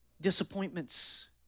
Disappointments